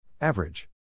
Average